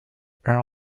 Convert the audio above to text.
air